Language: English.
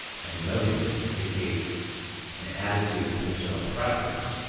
and motive indicate an attitude of personal preference,